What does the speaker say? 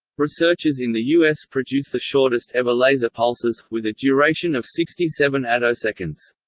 researchers in the us produce the shortest-ever laser pulses, with a duration of sixty seven attoseconds.